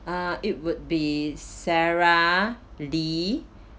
uh it would be sarah lee